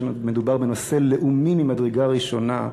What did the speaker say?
אני חושב שמדובר בנושא לאומי ממדרגה ראשונה,